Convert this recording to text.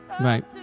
Right